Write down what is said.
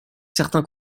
certains